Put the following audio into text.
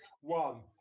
One